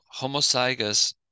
homozygous